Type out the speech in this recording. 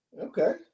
Okay